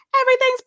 everything's